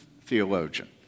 theologian